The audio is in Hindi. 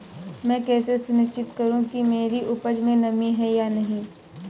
मैं कैसे सुनिश्चित करूँ कि मेरी उपज में नमी है या नहीं है?